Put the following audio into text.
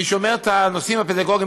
מי שאומר את הנושאים הפדגוגיים,